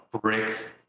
brick